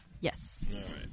Yes